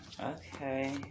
Okay